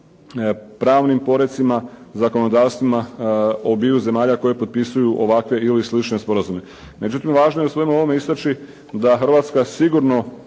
pravnim porecima, zakonodavstvima obiju zemalja koje potpisuju ovakve ili slične sporazume. Međutim, važno je u svemu ovom istaći da Hrvatska sigurno